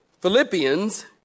Philippians